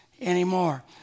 anymore